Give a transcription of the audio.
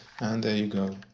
and there you go!